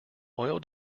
oil